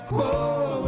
Whoa